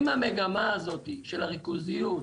אם המגמה הזאתי של הריכוזיות,